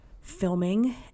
filming